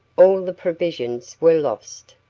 all the provisions were lost.